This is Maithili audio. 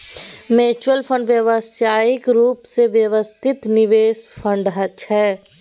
म्युच्युल फंड व्यावसायिक रूप सँ व्यवस्थित निवेश फंड छै